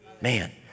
Man